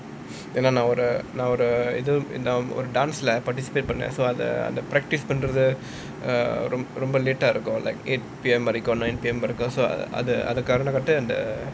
ஏனா நான் ஒரு:yaenaa naan oru dance leh participate பண்ணுனேன் அந்த:pannunaen antha practice பண்றது:pandrathu err ரொம்ப:romba late ஆயிருக்கும்:ayirukum got like eight P_M வரைக்கும்:varaikum nine P_M வரைக்கும்:varaikum so அத காரணம் காட்டி:atha kaaranam kaatti